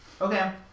Okay